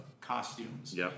costumes